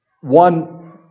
One